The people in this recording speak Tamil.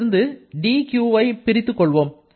இதிலிருந்து δqஐ பிரித்து எடுத்துக் கொள்வோம்